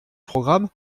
programme